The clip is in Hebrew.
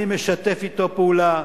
אני משתף אתו פעולה.